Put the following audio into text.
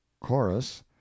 Chorus